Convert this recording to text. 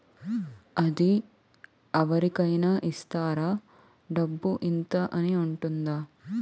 అది అవరి కేనా ఇస్తారా? డబ్బు ఇంత అని ఉంటుందా?